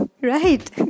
Right